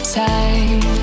time